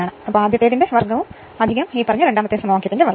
അതിനാൽ ഇത് എഴുതിയതായി നോക്കിയാൽ